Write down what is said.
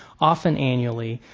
often annually,